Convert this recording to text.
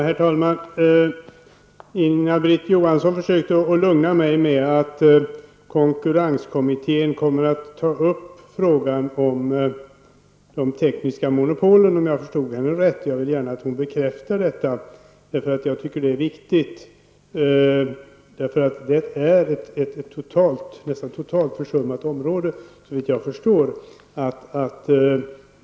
Herr talman! Att Inga-Britt Johansson försökte, om jag förstod henne rätt, att lugna mig med att konkurrenskommittén kommer att ta upp frågan om de tekniska monopolen. Jag vill gärna att hon bekräftar detta. Jag tycker att det är viktigt, eftersom detta såvitt jag förstår är ett nästan totalt försummat område.